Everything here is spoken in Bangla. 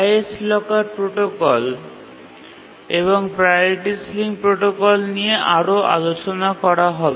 হাইয়েস্ট লকার প্রোটোকল এবং প্রাওরিটি সিলিং প্রোটোকল নিয়ে আরও আলোচনা করা হবে